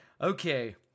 Okay